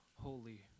holy